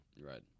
Right